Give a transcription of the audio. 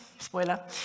spoiler